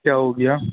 کیا ہوگیا